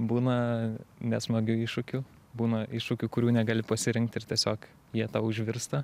būna nesmagių iššūkių būna iššūkių kurių negali pasirinkt ir tiesiog jie tau užvirsta